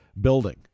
building